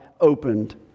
opened